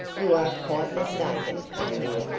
you are quite mistaken, my dear.